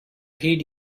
heed